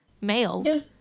male